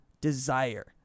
desire